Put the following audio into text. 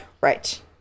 right